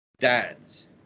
dads